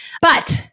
But-